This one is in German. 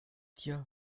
tier